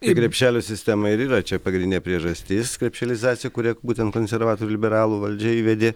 tai krepšelio sistema ir yra čia pagrindinė priežastis krepšializacija kurią būtent konservatorių liberalų valdžia įvedė